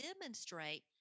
demonstrate